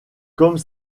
comme